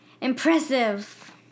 impressive